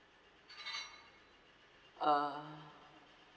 uh